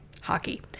hockey